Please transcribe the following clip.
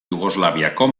jugoslaviako